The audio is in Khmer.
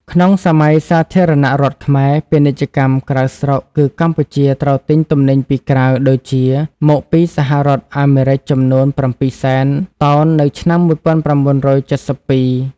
ក្នុងសម័យសាធារណរដ្ឋខ្មែរ ពាណិជ្ជកម្មក្រៅស្រុកគឺកម្ពុជាត្រូវទិញទំនិញពីក្រៅដូចជាមកពីសហរដ្ឋអាមេរិកចំនួន ៧ សែន តោននៅឆ្នាំ ១៩៧២។